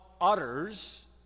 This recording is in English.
Utters